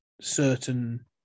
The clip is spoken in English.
certain